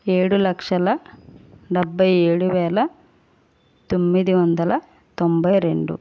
ఏడు లక్షల డెబ్బై ఏడు వేల తొమ్మిది వందల తోంభై రెండు